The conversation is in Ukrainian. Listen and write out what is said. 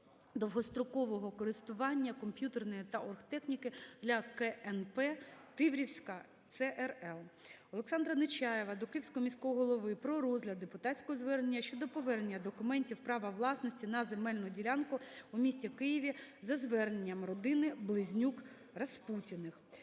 довгострокового користування (комп'ютерної та оргтехніки) для КНП "Тиврівська ЦРЛ". Олександра Нечаєва до Київського міського голови про розгляд депутатського звернення щодо повернення документів права власності на земельну ділянку у місті Києві за зверненням родини Близнюк-Распутіних.